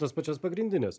tas pačias pagrindines